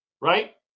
right